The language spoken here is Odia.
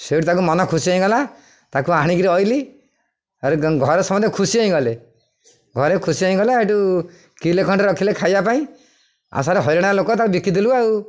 ସେଇଠୁ ତାକୁ ମନ ଖୁସି ହେଇଁଗଲା ତାକୁ ଆଣିକିରି ଆସିଲି ଆରେ ଘରେ ସମସ୍ତେ ଖୁସି ହେଇଁଗଲେ ଘରେ ଖୁସି ହେଇଁଗଲା ଏଇଠୁ କିଲୋ ଖଣ୍ଡେ ରଖିଲେ ଖାଇବା ପାଇଁ ଆ ସାର୍ ହଇରାଣିଆ ଲୋକ ତାକୁ ବିକିଦେଲୁ ଆଉ